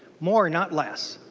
more not less.